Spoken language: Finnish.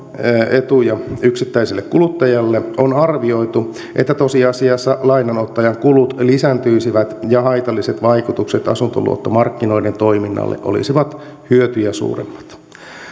etuja yksittäiselle kuluttajalle on arvioitu että tosiasiassa lainanottajan kulut lisääntyisivät ja haitalliset vaikutukset asuntoluottomarkkinoiden toiminnalle olisivat hyötyjä suuremmat